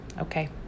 okay